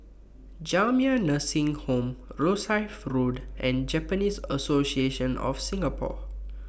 Jamiyah Nursing Home Rosyth Road and Japanese Association of Singapore